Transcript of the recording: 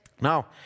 Now